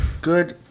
good